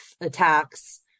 attacks